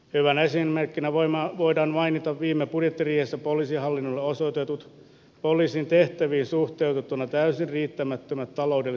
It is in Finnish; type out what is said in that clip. hyvänä esimerkkinä voimaa voidaan mainita vielä budjettiriihessä olisi hallin osoitetut poliisin tehtäviin suhteutettuna täysin riittämättömät talouden